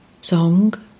Song